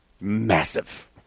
massive